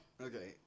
okay